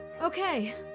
Okay